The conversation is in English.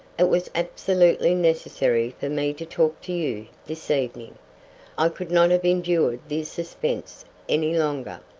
it was absolutely necessary for me to talk to you this evening i could not have endured the suspense any longer.